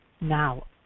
Now